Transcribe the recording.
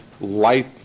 light